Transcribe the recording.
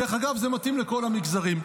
דרך אגב, זה מתאים לכל המגזרים.